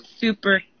Super